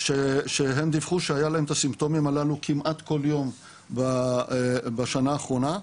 שהם דיווחו שהיה להם את הסימפטומים הללו כמעט כל יום בשנה האחרונה.